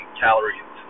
calories